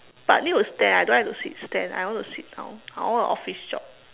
but need to stand I don't like to sit stand I want to sit down I want a office job